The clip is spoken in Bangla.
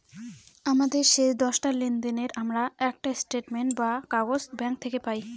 আমাদের শেষ দশটা লেনদেনের আমরা একটা স্টেটমেন্ট বা কাগজ ব্যাঙ্ক থেকে পেতে পাই